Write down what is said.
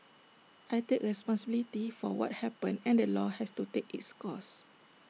I take responsibility for what happened and the law has to take its course